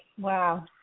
wow